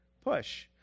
push